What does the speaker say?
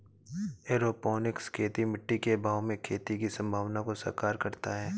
aeroponics खेती मिट्टी के अभाव में खेती की संभावना को साकार करता है